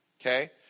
okay